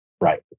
Right